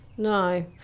No